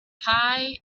pie